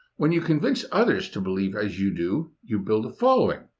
when you convince others to believe as you do, you build a following.